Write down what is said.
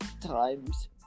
times